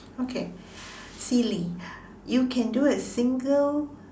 okay silly you can do a single